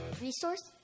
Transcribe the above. resource